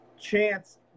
chance